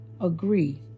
agree